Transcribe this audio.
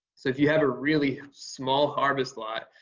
so if you have a really small harvest lot,